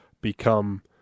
become